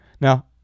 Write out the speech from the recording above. Now